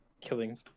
killing